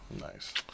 nice